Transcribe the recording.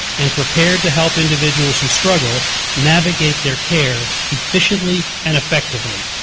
and prepared to help individuals who struggle navigate their care efficiently and effectively.